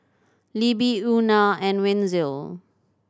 Libby Euna and Wenzel